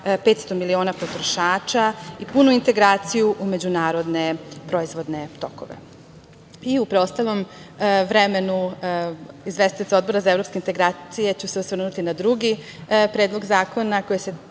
500 miliona potrošača i punu integraciju u međunarodne proizvodne tokove.U preostalom vremenu izvestioca Odbora za evropske integracije ću se osvrnuti na drugi predlog zakona koji se